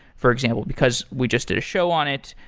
for example, because we just did a show on it.